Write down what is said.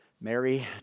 Mary